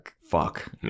fuck